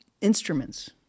instruments